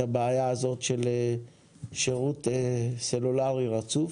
הבעיה הזאת של שרות סלולרי לא רצוף.